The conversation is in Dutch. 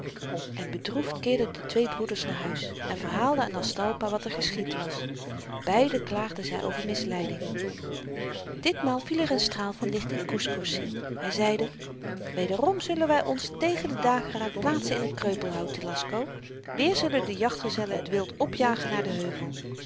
en bedroefd keerden de twee broeders naar huis en verhaalden aan aztalpa wat er geschied was beiden klaagden zy over misleiding ditmaal viel er een straal van licht in kusco's ziel hy zeide wederom zullen wy ons tegen den dageraad plaatsen in het kreupelhout telasco weer zullen de jachtgezellen het wild opjagen naar den heuvel